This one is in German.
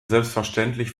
selbstverständlich